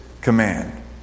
command